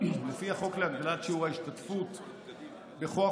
לפי החוק להגדלת שיעור ההשתתפות בכוח